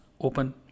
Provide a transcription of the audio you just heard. open